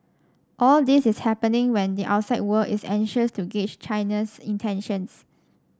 all this is happening when the outside world is anxious to gauge China's intentions